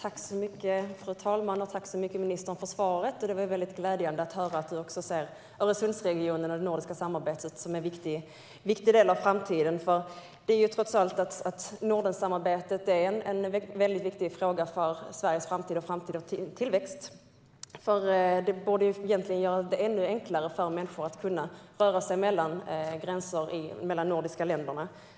Fru talman! Tack, ministern, för svaret! Det var glädjande att höra att ministern också ser Öresundsregionen och det nordiska samarbetet som en viktig del av framtiden. Nordensamarbetet är en viktig fråga för Sveriges framtida tillväxt. Det borde göra det ännu enklare för människor att röra sig mellan gränser i de nordiska länderna.